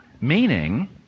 meaning